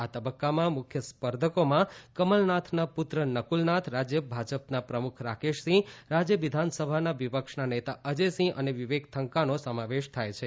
આ તબક્કામાં મુખ્ય સ્પર્ધકોમાં કમલનાથના પુત્ર નકુલનાથ રાજ્ય ભાજપના પ્રમુખ રાકેશસ સિંહ રાજ્ય વિધાનસભાના વિપક્ષના નેતા અજયસિંહ અને વિવેક તંખાનો સમાવેશ થાય છે